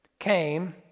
came